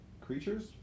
creatures